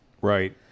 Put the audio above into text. right